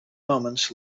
moments